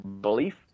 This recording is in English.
belief